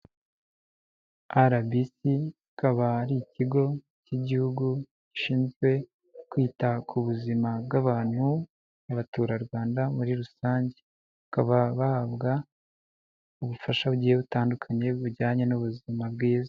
RBC akaba ari ikigo cy'igihugu gishinzwe kwita ku buzima bw'abantu n'abaturarwanda muri rusange. Bakaba bahabwa ubufasha bugiye butandukanye bujyanye n'ubuzima bwiza.